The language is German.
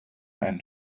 ein